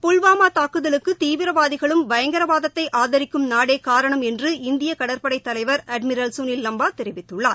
புல்வாமா தாக்குதலுக்கு தீவிரவாதிகளும் பயங்கரவாதத்தை ஆதரிக்கும் நாடே காரணம் என்று இந்திய கடற்படை தலைவர் அட்மிரல் சுனில் லம்பா தெரிவித்துள்ளார்